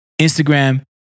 Instagram